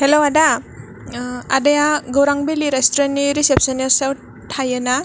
हेल' आदा आादाया गौरांभेलि रेस्टुरेन्टनि रेसिपसन्साव थायोना